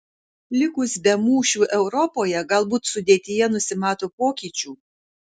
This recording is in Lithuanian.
likus be mūšių europoje galbūt sudėtyje nusimato pokyčių